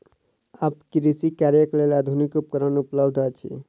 आब कृषि कार्यक लेल आधुनिक उपकरण उपलब्ध अछि